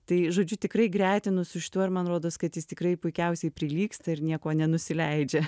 tai žodžiu tikrai gretinu su šituo ir man rodos kad jis tikrai puikiausiai prilygsta ir niekuo nenusileidžia